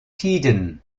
tiden